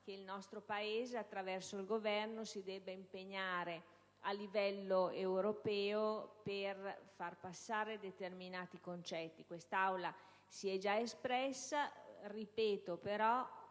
che il nostro Paese, attraverso il Governo, si debba impegnare a livello europeo per far passare determinati concetti. Questa'Assemblea si è già espressa. Ripeto però